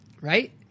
right